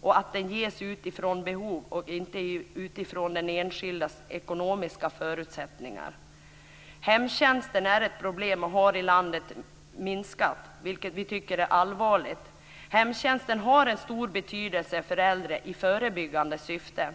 Den ska ges utifrån behov och inte utifrån den enskildes ekonomiska förutsättningar. Hemtjänsten är ett problem. Den har minskat i landet, vilket vi tycker är allvarligt. Hemtjänsten har en stor betydelse för äldre i förebyggande syfte.